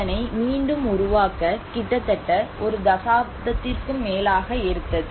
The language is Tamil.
அதனை மீண்டும் உருவாக்க கிட்டத்தட்ட ஒரு தசாப்தத்திற்கும் மேலாக எடுத்தது